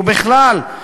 ובכלל,